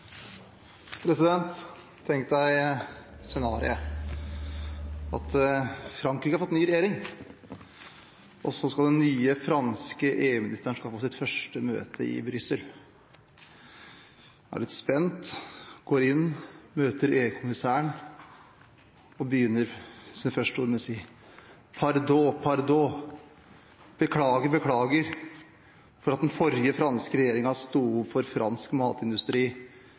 så skal den nye franske EU-ministeren på sitt første møte i Brussel, er litt spent, går inn, møter EU-kommissæren og begynner med å si: «Pardon, pardon!» Beklager, beklager at den forrige franske regjeringen sto opp for fransk matindustri,